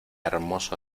hermoso